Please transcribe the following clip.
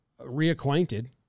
reacquainted